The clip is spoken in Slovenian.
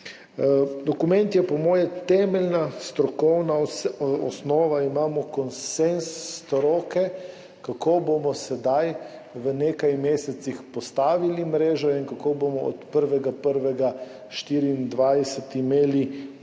Dokument je po mojem temeljna strokovna osnova. Imamo konsenz stroke, kako bomo sedaj v nekaj mesecih postavili mrežo in kako bomo od 1. 1. 2024 imeli bolj